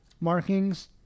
markings